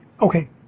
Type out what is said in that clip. Okay